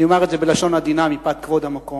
אני אומר את זה בלשון עדינה, מפאת כבוד המקום,